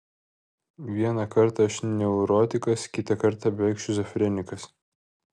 vieną kartą aš neurotikas kitą kartą beveik šizofrenikas